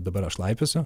dabar aš laipiosiu